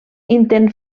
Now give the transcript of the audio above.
intent